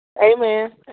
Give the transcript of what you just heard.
Amen